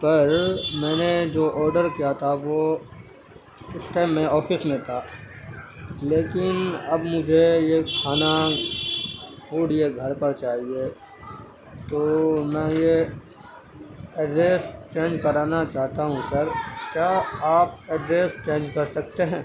پر میں نے جو آڈر کیا تھا وہ اس ٹائم میں آفس میں تھا لیکن اب مجھے یہ کھانا فوڈ یہ گھر پر چاہیے تو میں یہ ایڈریس چینج کرانا چاہتا ہوں سر کیا آپ ایڈریس چینج کر سکتے ہیں